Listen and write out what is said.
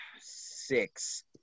six